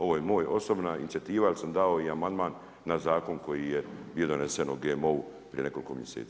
Ovo je moja osobna inicijativa jer sam dao i amandman na zakon koji je bio donesen o GMO-u prije nekoliko mjeseci.